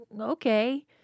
okay